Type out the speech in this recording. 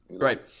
Right